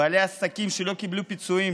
בעלי עסקים שלא קיבלו פיצויים,